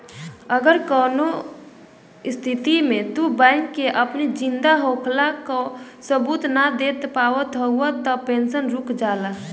अगर कवनो स्थिति में तू बैंक के अपनी जिंदा होखला कअ सबूत नाइ दे पावत हवअ तअ पेंशन रुक जाला